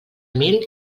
mil